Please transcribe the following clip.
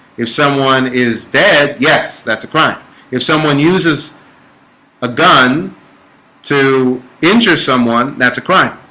if someone is dead. yes. that's a crime if someone uses a gun to injure someone that's a crime